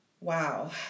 Wow